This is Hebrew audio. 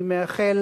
אני מאחל,